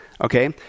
Okay